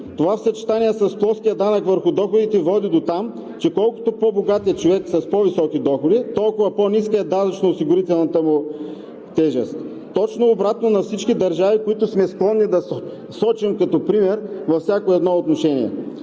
Това съчетание с плоския данък върху доходите води дотам, че колкото по-богат е човек – с по-високи доходи, толкова по-ниска е данъчно- осигурителната му тежест – точно обратно на всички държави, които сме склонни да сочим като пример във всяко едно отношение.